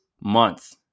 month